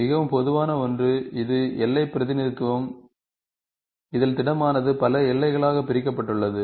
மிகவும் பொதுவான ஒன்று இது எல்லை பிரதிநிதித்துவம் இதில் திடமானது பல எல்லைகளாக பிரிக்கப்பட்டுள்ளது